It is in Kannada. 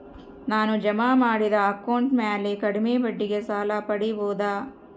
ನಾನು ಜಮಾ ಮಾಡಿದ ಅಕೌಂಟ್ ಮ್ಯಾಲೆ ಕಡಿಮೆ ಬಡ್ಡಿಗೆ ಸಾಲ ಪಡೇಬೋದಾ?